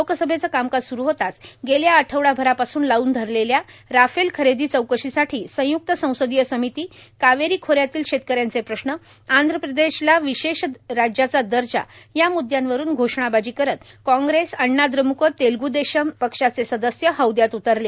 लोकसभेचं कामकाज सुरू होताच गेल्या आठवडाभरापासून लावून धरलेल्या राफेल खरेदी चौकशीसाठी संय्क्त संसदीय समिती कावेरी खोऱ्यातल्या शेतकऱ्यांचे प्रश्न आंध्रप्रदेशला विशेष राज्याचा दर्जा या मुदयांवरून घोषणाबाजी करत काँग्रेस अण्णाद्रमुक तेलगुदेशम पक्षाचे सदस्य हौदयात उतरले